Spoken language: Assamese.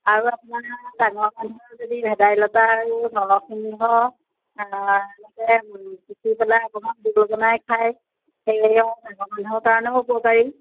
আৰু আপোনাৰ ডাঙৰ মানুহৰ যদি ভেদাইলতা আৰু নৰসিংহ এনেকৈ পিছি পেলাই অকণমান জোল বনাই খায় সেয়াও ডাঙৰ মানুহৰ কাৰণেও উপকাৰী